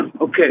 Okay